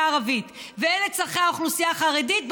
הערבית ואלה צורכי האוכלוסייה החרדית,